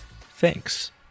Thanks